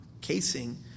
casing